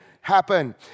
happen